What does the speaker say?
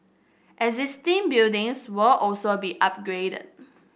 existing buildings will also be upgraded